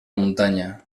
muntanya